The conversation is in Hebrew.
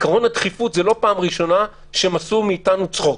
עיקרון הדחיפות זאת לא פעם ראשונה שהם עשו מאיתנו צחוק.